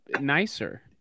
nicer